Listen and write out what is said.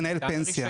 לנהל פנסיה".